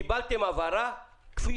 קיבלתם הבהרה כפי